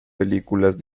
películas